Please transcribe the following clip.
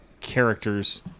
characters